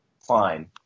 fine